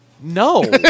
No